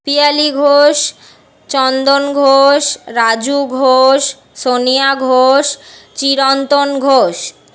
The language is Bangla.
পিয়ালী ঘোষ চন্দন ঘোষ রাজু ঘোষ সোনিয়া ঘোষ চিরন্তন ঘোষ